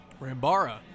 Rambara